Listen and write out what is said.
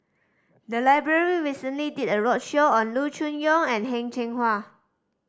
the library recently did a roadshow on Loo Choon Yong and Heng Cheng Hwa